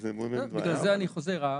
בגלל זה אני חוזר.